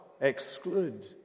exclude